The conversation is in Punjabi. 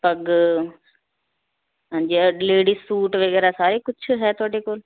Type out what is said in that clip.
ਪੱਗ ਹਾਂਜੀ ਆਹ ਲੇਡੀਜ਼ ਸੂਟ ਵਗੈਰਾ ਸਾਰੇ ਕੁਛ ਹੈ ਤੁਹਾਡੇ ਕੋਲ